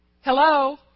Hello